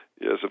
Yes